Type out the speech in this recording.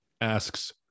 asks